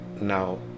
now